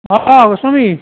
অঁ হ্ গোস্বামী